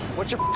what's your